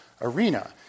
arena